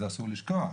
את זה אסור לשכוח.